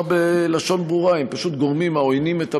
בלשון ברורה שהם פשוט גורמים העוינים את המדינה,